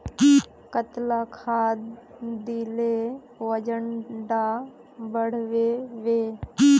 कतला खाद देले वजन डा बढ़बे बे?